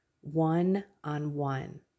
one-on-one